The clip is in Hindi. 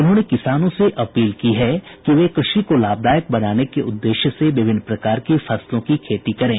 उन्होंने किसानों से अपील की है कि वे कृषि को लाभदायक बनाने के उद्देश्य से विभिन्न प्रकार की फसलों की खेती करें